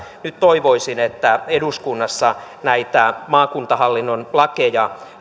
nyt toivoisin että eduskunnassa näitä maakuntahallinnon lakeja